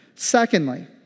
Secondly